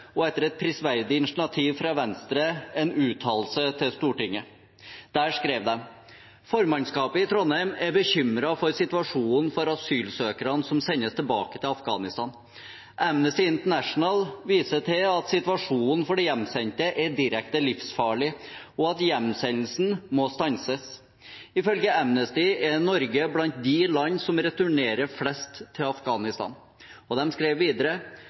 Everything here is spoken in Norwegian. et prisverdig initiativ fra Venstre en uttalelse til Stortinget. Der skrev de: «Formannskapet i Trondheim er bekymret for situasjonen for asylsøkere som sendes tilbake til Afghanistan. Amnesty International viser til at situasjonen for de hjemsendte er direkte livsfarlig, og at hjemsendelsene må stanses. Ifølge Amnesty er Norge blant de land som returnerer flest til Afghanistan.» De skrev videre: